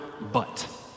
but